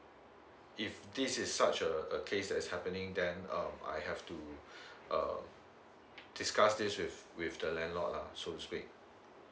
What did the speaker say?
if this is such a a case that's happening then um I have to uh discuss this with with the landlord lah so to speak